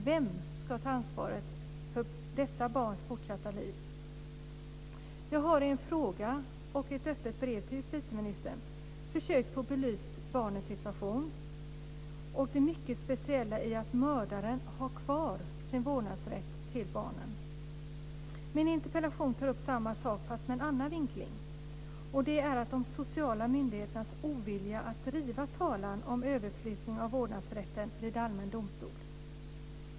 Vem ska ta ansvar för dessa barns fortsatta liv? Jag har i en fråga och ett öppet brev till justitieministern försökt få barnets situation belyst när det gäller det mycket speciella att mördaren har kvar sin vårdnadsrätt till barnen. Min interpellation tar upp samma sak, fast med en annan vinkling. Det gäller de sociala myndigheternas ovilja att driva talan om överflyttning av vårdnadsrätten vid allmän domstol.